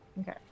Okay